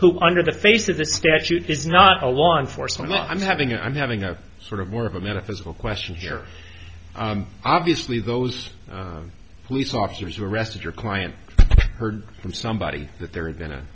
who under the face of the statute is not a law enforcement i'm having i'm having a sort of more of a metaphysical question here obviously those police officers were arrested your client heard from somebody that there